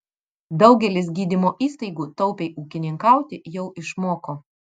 daugelis gydymo įstaigų taupiai ūkininkauti jau išmoko